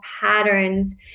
patterns